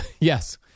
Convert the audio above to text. Yes